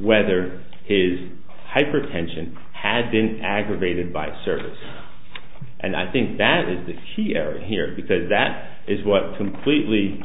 whether his hypertension had been aggravated by the service and i think that is the key area here because that is what completely